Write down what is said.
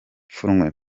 pfunwe